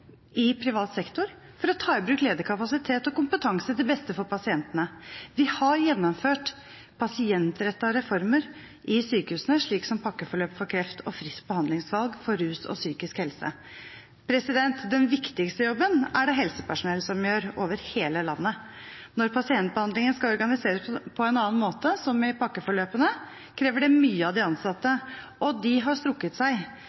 i privat sektor for å ta i bruk ledig kapasitet og kompetanse til beste for pasientene. Vi har gjennomført pasientrettede reformer i sykehusene, slik som pakkeforløp for kreft og fritt behandlingsvalg for rus og psykisk helse. Den viktigste jobben er det helsepersonell som gjør, over hele landet. Når pasientbehandlingen skal organiseres på en annen måte, som i pakkeforløpene, krever det mye av de ansatte. Og de har strukket seg,